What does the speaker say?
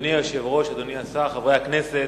אדוני היושב-ראש, אדוני השר, חברי הכנסת,